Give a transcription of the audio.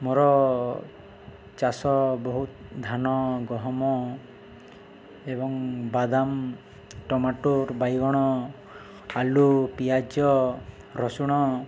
ମୋର ଚାଷ ବହୁତ ଧାନ ଗହମ ଏବଂ ବାଦାମ ଟମାଟୋ ବାଇଗଣ ଆଳୁ ପିଆଜ ରସୁଣ